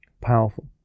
powerful